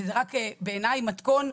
וזה רק בעיניי מתכון,